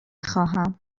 خواهم